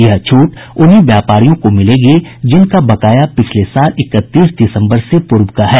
यह छूट उन्हीं व्यापारियों को मिलेगी जिनका बकाया पिछले साल इकतीस दिसम्बर से पूर्व का है